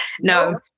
No